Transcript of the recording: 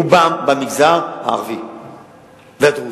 רובם במגזר הערבי והדרוזי.